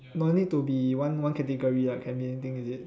no need to be one one category right can be anything is it